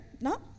no